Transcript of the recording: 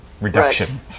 reduction